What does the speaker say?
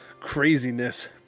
craziness